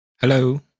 Hello